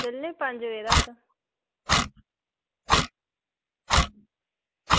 चलने आं पंज बजे तक